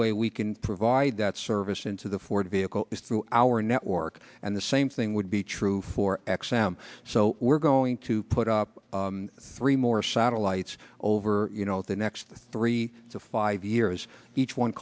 way we can provide that service into the ford vehicle is through our network and the same thing would be true for ex m so we're going to put up three more satellites over you know the next three to five years each one